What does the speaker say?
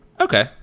Okay